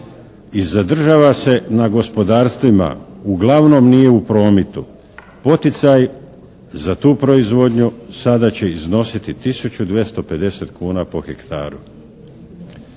i zadržava se na gospodarstvima. Uglavnom nije u prometu. Poticaj za tu proizvodnju sada će iznositi tisuću 250 kuna po hektaru.